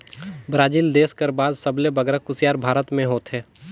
Brazil देस कर बाद सबले बगरा कुसियार भारत में होथे